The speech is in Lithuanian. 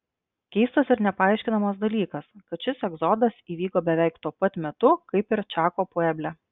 keistas ir nepaaiškinamas dalykas kad šitas egzodas įvyko beveik tuo pat metu kaip ir čako pueble